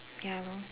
ya lor